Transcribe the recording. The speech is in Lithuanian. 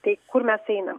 tai kur mes einam